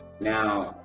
Now